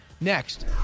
Next